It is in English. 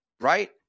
right